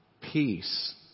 peace